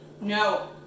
no